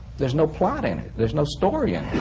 there's no plot in it. there's no story in